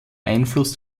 einfluss